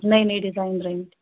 نٔے نٔے ڈیزاین درٛامِتۍ